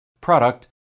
product